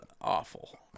Awful